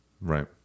Right